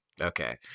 okay